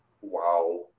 Wow